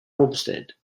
homestead